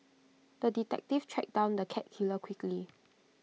the detective tracked down the cat killer quickly